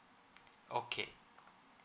okay